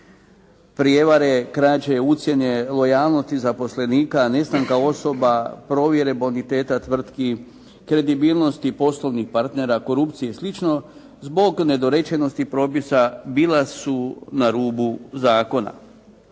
prijevare, krađe, ucjene, lojalnosti zaposlenika, nestanka osoba, provjere boniteta tvrtki, kredibilnosti poslovnih partnera, korupcije i sl. zbog nedorečenosti propisa bila su na rubu zakona.